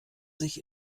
sich